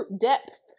depth